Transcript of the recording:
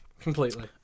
Completely